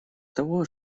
того